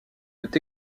veut